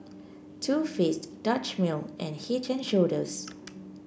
Too Faced Dutch Mill and Head And Shoulders